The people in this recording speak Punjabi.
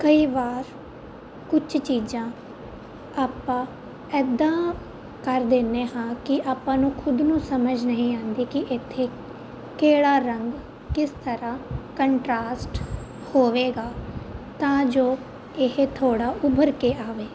ਕਈ ਵਾਰ ਕੁਝ ਚੀਜ਼ਾਂ ਆਪਾਂ ਇੱਦਾਂ ਕਰ ਦਿੰਦੇ ਹਾਂ ਕਿ ਆਪਾਂ ਨੂੰ ਖੁਦ ਨੂੰ ਸਮਝ ਨਹੀਂ ਆਉਂਦੀ ਕਿ ਇੱਥੇ ਕਿਹੜਾ ਰੰਗ ਕਿਸ ਤਰ੍ਹਾਂ ਕੰਟਰਾਸਟ ਹੋਵੇਗਾ ਤਾਂ ਜੋ ਇਹ ਥੋੜ੍ਹਾ ਉੱਭਰ ਕੇ ਆਵੇ